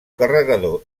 carregador